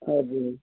हजुर हजुर